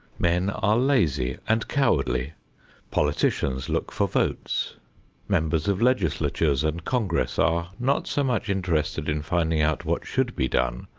men are lazy and cowardly politicians look for votes members of legislatures and congress are not so much interested in finding out what should be done,